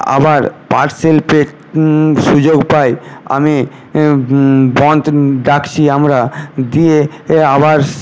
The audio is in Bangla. আবার পাট শিল্পের সুযোগ পাই আমি বনধ ডাকছি আমরা দিয়ে আবার